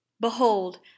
behold